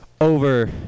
over